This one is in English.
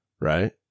right